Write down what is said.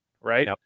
right